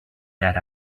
that